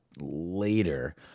later